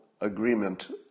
agreement